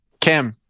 cam